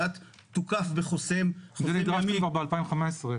תוקף בחוסם ימי -- לזה נדרשתם כבר ב-2015.